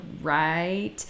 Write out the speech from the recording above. right